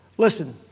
Listen